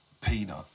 Peanut